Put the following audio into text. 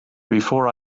before